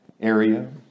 area